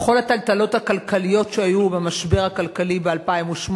בכל הטלטלות הכלכליות שהיו ובמשבר הכלכלי ב-2008,